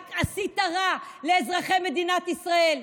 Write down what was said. רק עשית רע לאזרחי מדינת ישראל.